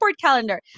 calendar